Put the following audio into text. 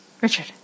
Richard